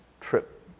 trip